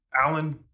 alan